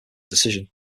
decision